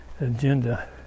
agenda